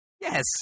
Yes